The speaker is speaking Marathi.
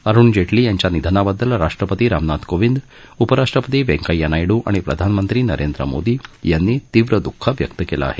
अरुण जेटली यांच्या निधनाबद्दल राष्ट्रपती रामनाथ कोंविद उपराष्ट्रपती व्यंकय्या नायडू आणि प्रधानमंत्री नरेंद्र मोदी यांनी तीव्र दुःख व्यक्त केलं आहे